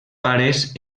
pares